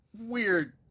weird